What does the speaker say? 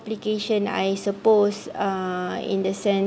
complication I suppose uh in the sense